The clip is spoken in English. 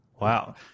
wow